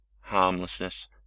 harmlessness